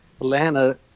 Atlanta